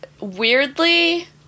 weirdly